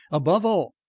above all,